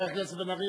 חבר הכנסת בן-ארי,